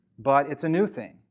but it's a new thing.